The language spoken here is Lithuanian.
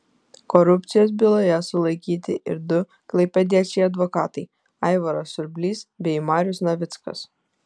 korupcijos byloje sulaikyti ir du klaipėdiečiai advokatai aivaras surblys bei marius navickas